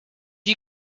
you